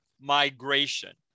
migration